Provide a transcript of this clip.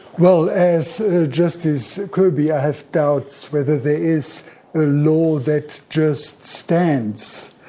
well as justice kirby, i have doubts whether there is a law that just stands,